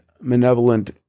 malevolent